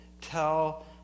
tell